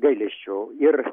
gailesčio ir